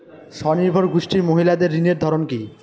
স্বনির্ভর গোষ্ঠীর মহিলাদের ঋণের ধরন কি?